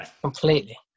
completely